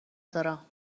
دارم